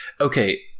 okay